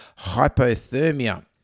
hypothermia